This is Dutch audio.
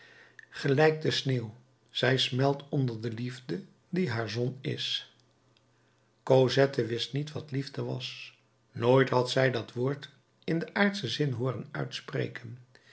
gelijkt de sneeuw zij smelt onder de liefde die haar zon is cosette wist niet wat liefde was nooit had zij dat woord in den aardschen zin hooren uitspreken